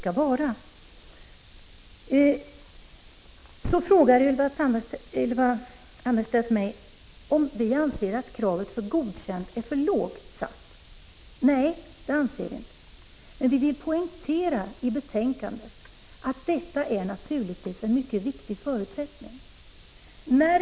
Ylva Annerstedt frågar om vi anser att kravet för godkänt har satts för lågt. Nej, det gör vi inte. Men vi vill poängtera, som vi har gjort i betänkandet, att en viktig förutsättning i sammanhanget är bedömningen vid intagningen till lärarhögskolan.